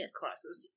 classes